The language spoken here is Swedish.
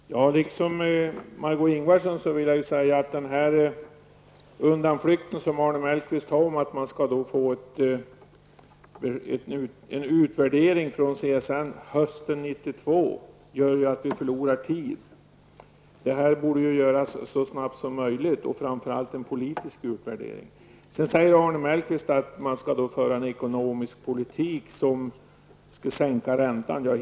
Herr talman! Liksom Margó Ingvardsson vill jag säga att Arne Mellqvists undanflykter med tal om att vi skall få en utvärdering från CSN hösten 1992 gör att vi bara förlorar tid. En politisk utvärdering borde göras så snart som möjligt. Sedan säger Arne Mellqvist att man skall föra en ekonomisk politik som gör att räntan sänks.